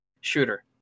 shooter